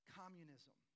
communism